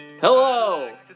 Hello